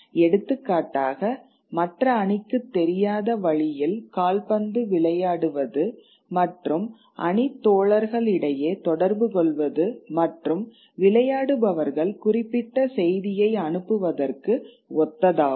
எடுத்துக்காட்டாக மற்ற அணிக்குத் தெரியாத வழியில் கால்பந்து விளையாடுவது மற்றும் அணித் தோழர்களிடையே தொடர்புகொள்வது மற்றும் விளையாடுபவர்கள் குறிப்பிட்ட செய்தியை அனுப்புவதற்கு ஒத்ததாகும்